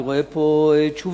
אני רואה פה תשובה